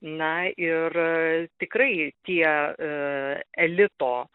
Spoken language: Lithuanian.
na ir tikrai tie elito